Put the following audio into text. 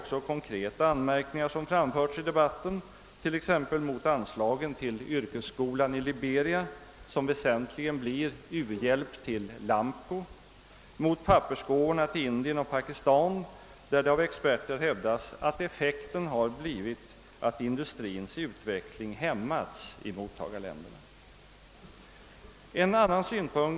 Konkreta anmärkningar har också framförts i debatten t.ex. mot anslagen till yrkesskolan i Liberia, som väsentligen blir u-hjälp till Lameco, mot pappersgåvorna till Indien och Pakistan, beträffande vilka hävdas av experter att effekten har blivit att industrins utveckling i mottagarländerna har hämmats.